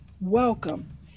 Welcome